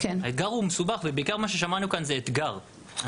האתגר הוא מסובך ובעיקר מה ששמענו כאן זה אתגר,